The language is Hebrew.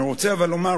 אבל אני רוצה לומר,